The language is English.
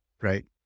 right